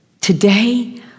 today